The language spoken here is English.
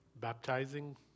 baptizing